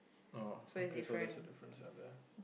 oh okay so there's a difference up there